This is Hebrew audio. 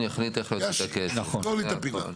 אני אחר כך אעשה את זה מסודר.